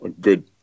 good